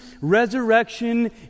resurrection